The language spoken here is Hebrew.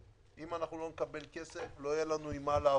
אם אנחנו לא נקבל כסף, לא יהיה לנו עם מה לעבוד.